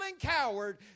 coward